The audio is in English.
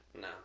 No